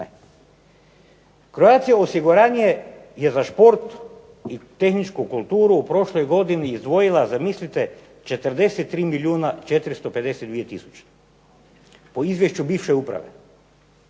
Croatia osiguranje je za šport i tehničku kulturu u prošloj godini izdvojila zamislite 43 milijuna 452000 po izvješću bivše uprave.